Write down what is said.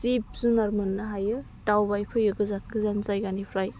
जिब जुनार मोननो हायो दाउबाय फैयो गोजान गोजान जायगानिफ्राय